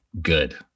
good